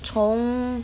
从